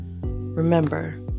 Remember